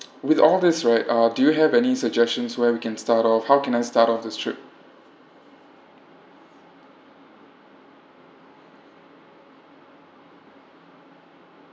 with all these right uh do you have any suggestions where we can start off how can I start off this trip